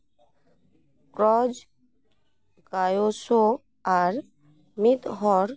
ᱠᱨᱚᱡᱽ ᱠᱟᱭᱳᱥᱳ ᱟᱨ ᱢᱤᱫ ᱦᱚᱲ